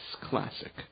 classic